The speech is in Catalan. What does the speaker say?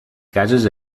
cases